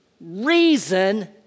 reason